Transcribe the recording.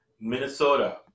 Minnesota